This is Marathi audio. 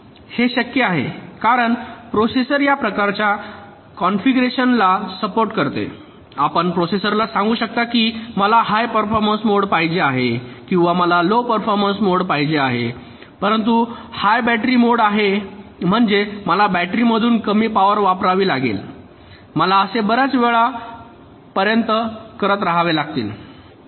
हे शक्य आहे कारण प्रोसेसर या प्रकारच्या कॉन्फिगरेशनला सपोर्ट करते आपण प्रोसेसरला सांगू शकता की मला हाय परफॉर्मन्स मोड पाहिजे आहे किंवा मला लो परफॉर्मन्स पाहिजे आहे परंतु हाय बॅटरी मोड आहे म्हणजे मला बॅटरीमधून कमी पॉवर वापरावी लागेल मला असे बर्याच वेळा पर्यंत करत राहावे लागेल